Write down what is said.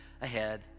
ahead